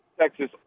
Texas